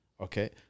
Okay